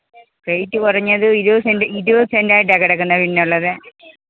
rate കുറഞ്ഞത് ഇരുപത് cent ഇരുപത് സെന്റ്റായിട്ടാണ് കിടക്കുന്നത് പിന്നുള്ളത്